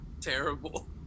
terrible